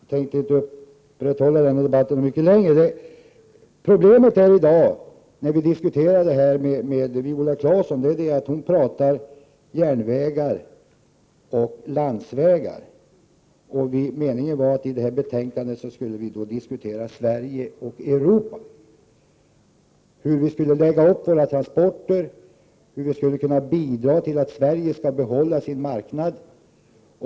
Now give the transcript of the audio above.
Herr talman! Jag tänker inte fortsätta denna debatt mycket längre. Problemet när vi diskuterar med Viola Claesson i dag är att hon talar om järnvägar och landsvägar. Meningen var att vi skulle diskutera Sverige och Europa i det här betänkandet. Hur skall vi lägga upp våra transporter? Hur kan vi bidra till att Sverige får behålla sin marknad?